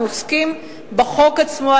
אנחנו עוסקים בחוק עצמו,